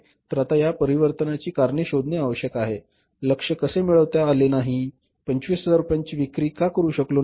तर आता या परिवर्तनाची कारणे शोधणे आवश्यक आहे लक्ष्य कसे मिळवता आले नाही 25000 रुपयांची विक्री का करू शकलो नाही